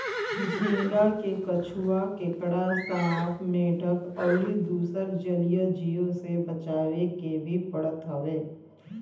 झींगा के कछुआ, केकड़ा, सांप, मेंढक अउरी दुसर जलीय जीव से बचावे के भी पड़त हवे